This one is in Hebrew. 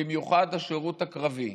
במיוחד השירות הקרבי,